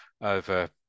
over